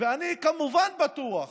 ואני כמובן בטוח